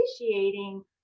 appreciating